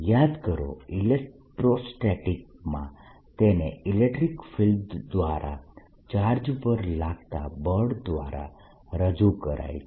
યાદ કરો ઇલેક્ટ્રોસ્ટેટિકસમાં તેને ઇલેક્ટ્રીક ફિલ્ડ દ્વારા ચાર્જ પર લાગતા બળ દ્વારા રજૂ કરાય છે